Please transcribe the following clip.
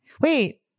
Wait